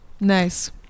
Nice